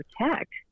protect